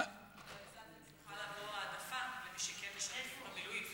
אבל לצד זה צריכה לבוא העדפה למי שכן משרת במילואים.